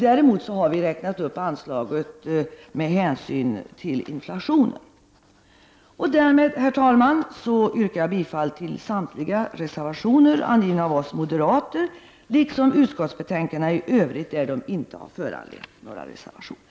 Däremot har vi räknat upp anslaget med hänsyn till inflationen. Därmed, herr talman, yrkar jag bifall till samtliga reservationer avgivna av oss moderater och i övrigt till utskottets hemställan där den inte föranlett några reservationer.